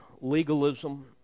Legalism